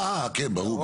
ברור,